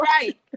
right